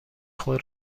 خود